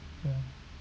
ya